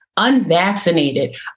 unvaccinated